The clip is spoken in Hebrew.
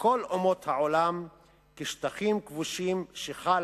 וכל אומות העולם כשטחים כבושים שחל